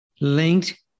linked